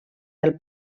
del